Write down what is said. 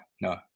no